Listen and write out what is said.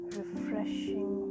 refreshing